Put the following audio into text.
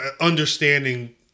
understanding